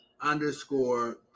underscore